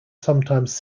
sometimes